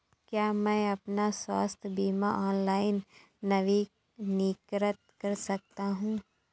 क्या मैं अपना स्वास्थ्य बीमा ऑनलाइन नवीनीकृत कर सकता हूँ?